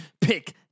pick